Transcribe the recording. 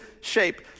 shape